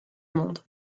monde